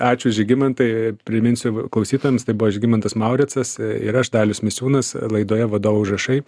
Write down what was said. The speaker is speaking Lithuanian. ačiū žygimantai priminsiu klausytojams tai buvo žygimantas mauricas ir aš dalius misiūnas laidoje vadovo užrašai